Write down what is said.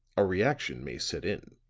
a reaction may set in.